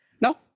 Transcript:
No